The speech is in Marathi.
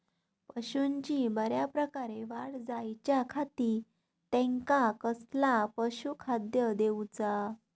पशूंची बऱ्या प्रकारे वाढ जायच्या खाती त्यांका कसला पशुखाद्य दिऊचा?